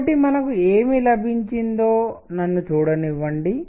కాబట్టి మనకు ఏమి లభించిందో నన్ను చూడనివ్వండి